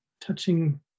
touching